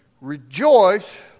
rejoice